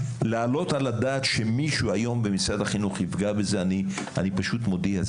להעלות על הדעת שמישהו היום במשרד החינוך יפגע בזה אני פשוט מודיע,